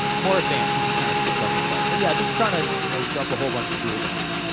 more advanced. this is kinda chip-level stuff. but, yeah, just trying to you know dump a whole bunch of tools on you.